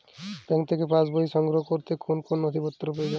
Bank থেকে pass বই সংগ্রহ করতে কোন কোন নথি প্রয়োজন?